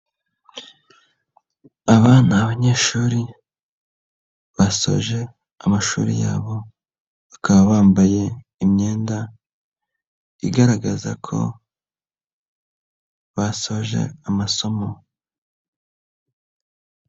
Aba ni abanyeshuri basoje amashuri yabo bakaba bambaye imyenda igaragaza ko basoje amasomo.